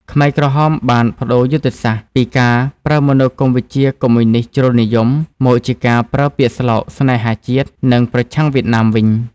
ខ្មែរក្រហមបានប្តូរយុទ្ធសាស្ត្រពីការប្រើមនោគមវិជ្ជាកុម្មុយនីស្តជ្រុលនិយម មកជាការប្រើពាក្យស្លោក «ស្នេហាជាតិ» និងប្រឆាំងវៀតណាមវិញ។